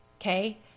okay